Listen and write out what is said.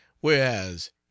Whereas